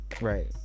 Right